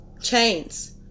chains